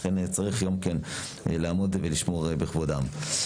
לכן צריך גם כן לעמוד ולשמור בכבודם.